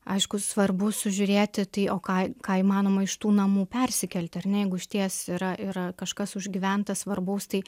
aišku svarbu sužiūrėti tai o ką ką įmanoma iš tų namų persikelti ar ne jeigu išties yra yra kažkas užgyventa svarbaus tai